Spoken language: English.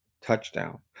touchdown